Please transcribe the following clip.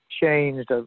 changed